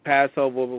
Passover